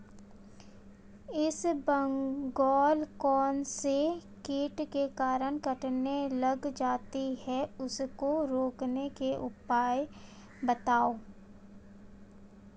इसबगोल कौनसे कीट के कारण कटने लग जाती है उसको रोकने के उपाय बताओ?